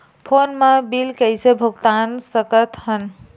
Phone मा bill कइसे भुक्तान साकत हन?